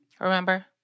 Remember